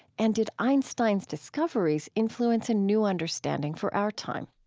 and did einstein's discoveries influence a new understanding for our time?